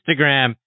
Instagram